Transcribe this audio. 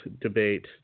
debate